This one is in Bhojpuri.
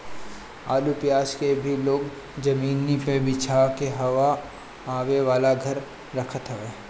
आलू पियाज के भी लोग जमीनी पे बिछा के हवा आवे वाला घर में रखत हवे